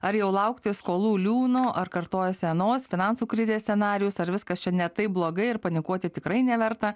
ar jau laukti skolų liūno ar kartojasi anos finansų krizės scenarijus ar viskas čia ne taip blogai ir panikuoti tikrai neverta